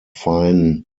fine